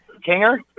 Kinger